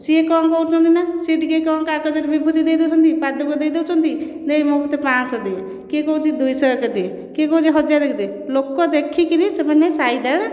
ସେ କ'ଣ କରୁଛନ୍ତି ନା ସିଏ କ'ଣ ଟିକିଏ କାଗଜରେ ବିଭୁତି ଦେଇ ଦେଉଛନ୍ତି ପାଦୁକ ଦେଇ ଦେଉଛନ୍ତି ଦେଇ ମୋତେ ପାଞ୍ଚ ଶହ ଦେ କିଏ କହୁଛି ଦୁଇ ଶହ ଏକ ଦେ କିଏ କହୁଛି ହଜାର ଏକ ଦେ ଲୋକ ଦେଖିକରି ସେମାନେ ଫାଇଦା